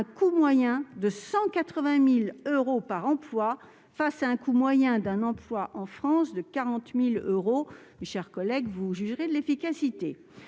un coût moyen de 180 000 euros par emploi. Dans la mesure où le coût moyen pour un emploi en France est de 40 000 euros, mes chers collègues, vous jugerez de l'efficacité